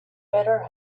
better